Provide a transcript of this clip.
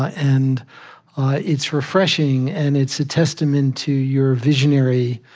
ah and it's refreshing, and it's a testament to your visionary